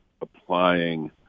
applying